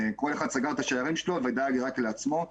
כל אחד סגר את השערים שלו ודאג רק לעצמו.